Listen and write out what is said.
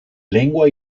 lengua